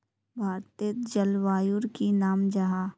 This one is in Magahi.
भारतेर जलवायुर की नाम जाहा?